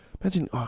Imagine